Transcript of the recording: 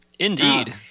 Indeed